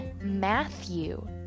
Matthew